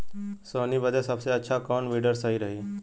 सोहनी बदे सबसे अच्छा कौन वीडर सही रही?